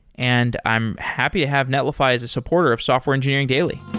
and i'm happy to have netlify as a supporter of software engineering daily